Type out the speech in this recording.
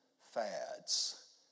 fads